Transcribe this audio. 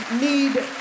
need